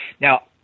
Now